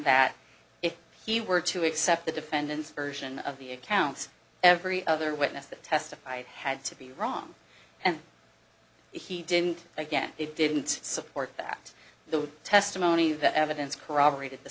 that if he were to accept the defendant's version of the accounts every other witness that testified had to be wrong and he didn't again they didn't support that the testimony of that evidence corroborated the